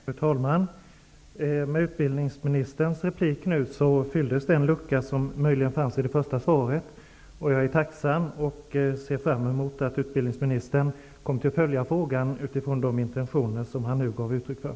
Fru talman! Med utbildningsministerns senaste replik täcktes den lucka som möjligen fanns i det första svaret. Jag är tacksam därför, och jag ser fram emot att utbildningsministern kommer att följa frågan utifrån de intentioner som han nu gav uttryck för.